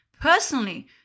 personally